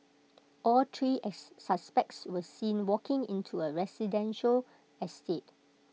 all three as suspects were seen walking into A residential estate